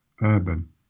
Urban